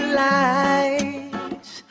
lights